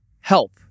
help